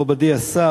מכובדי השר,